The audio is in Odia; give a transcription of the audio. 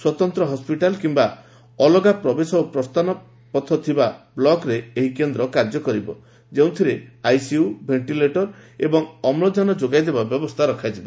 ସ୍ୱତନ୍ତ୍ର ହସ୍କିଟାଲ କିମ୍ବା ଅଲଗା ପ୍ରବେଶ ଓ ପ୍ରସ୍ଥାନ ଥିବା ବ୍ଲକରେ ଏହି କେନ୍ଦ୍ର କାର୍ଯ୍ୟ କରିବ ଯେଉଁଥିରେ ଆଇସିୟୁ ଭେଷ୍ଟିଲେଟର ଏବଂ ଅମ୍ଳକାନ ଯୋଗାଇଦେବା ବ୍ୟବସ୍ଥା ରଖାଯିବ